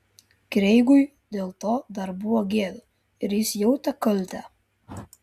kreigui dėl to dar buvo gėda ir jis jautė kaltę